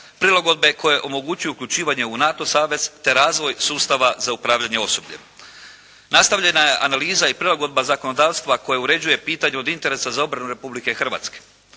prilagodbe koje omogućuju uključivanje u NATO savez, te razvoj sustava za upravljanje osobljem. Nastavljena je analiza i prilagodba zakonodavstva koja uređuje pitanje od interesa za obranu Republike Hrvatske.